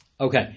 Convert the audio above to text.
Okay